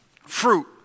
fruit